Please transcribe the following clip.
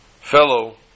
fellow